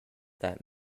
that